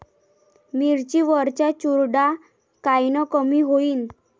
मिरची वरचा चुरडा कायनं कमी होईन?